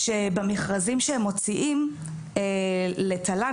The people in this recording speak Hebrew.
שבמכרזים שהם מוציאים לתל"ן,